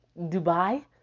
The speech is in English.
Dubai